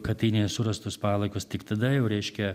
katynėje surastus palaikus tik tada jau reiškia